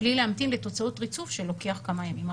וזאת בלי להמתין לתוצאות הריצוף שלו שלוקחת כמה ימים,